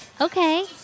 okay